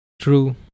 True